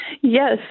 Yes